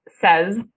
says